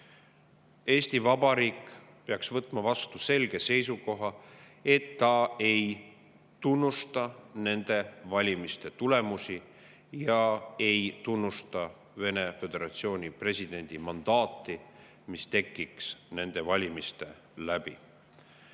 Eesti Vabariik peaks võtma vastu selge seisukoha, et ta ei tunnusta nende valimiste tulemusi ega tunnusta Vene föderatsiooni presidendi mandaati, mis nendel valimistel